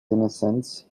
innocence